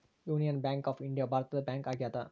union Bank of India ಭಾರತದ bank ಆಗ್ಯಾದ